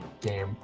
game